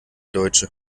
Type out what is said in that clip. deutsche